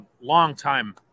long-time